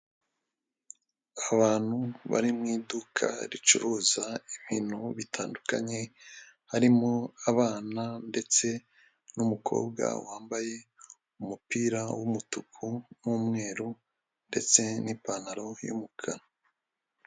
Abantu bari mu iduka ricuruza ibintu bitandukanye harimo abana ndetse n'umukobwa wambaye umupira w'umutuku n'umweru ndetse n'ipantaro yumukara.